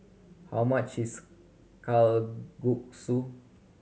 how much is Kalguksu